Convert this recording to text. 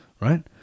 right